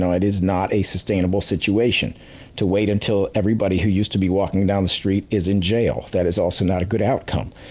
so it is not a sustainable situation to wait until everybody who used to be walking down the street is in jail. that is also not a good outcome,